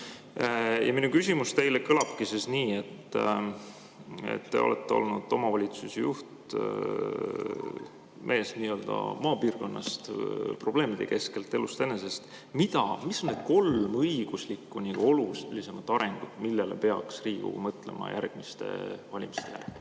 Minu küsimus teile kõlabki nii. Te olete olnud omavalitsusjuht, n-ö mees maapiirkonnast, probleemide keskelt, elust enesest. Mis on need kolm õiguslikku ja olulisemat arengut, millele peaks Riigikogu mõtlema järgmiste valimiste